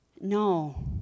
No